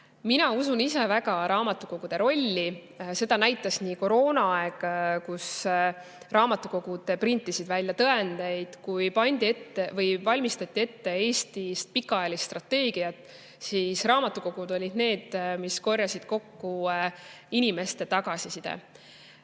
Mina usun ise väga raamatukogude rolli. Seda näitas ka koroonaaeg, kui raamatukogud printisid välja tõendeid. Kui valmistati ette Eesti pikaajalist strateegiat, siis raamatukogud olid need, mis korjasid kokku inimeste tagasiside.